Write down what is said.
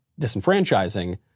disenfranchising